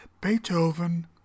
Beethoven